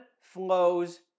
flows